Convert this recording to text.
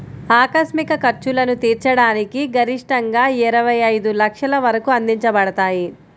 ఆకస్మిక ఖర్చులను తీర్చడానికి గరిష్టంగాఇరవై ఐదు లక్షల వరకు అందించబడతాయి